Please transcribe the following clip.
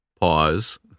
Pause